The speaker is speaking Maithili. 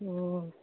हुँ